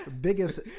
Biggest